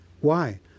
Why